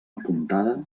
apuntada